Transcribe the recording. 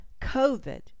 COVID